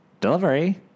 Delivery